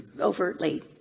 overtly